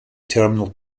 terminal